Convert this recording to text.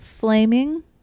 Flaming